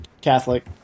Catholic